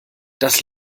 das